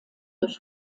durch